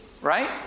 right